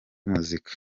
muzika